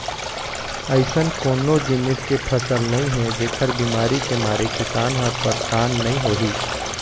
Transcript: अइसन कोनो जिनिस के फसल नइ हे जेखर बिमारी के मारे किसान ह परसान नइ होही